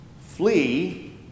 Flee